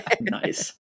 nice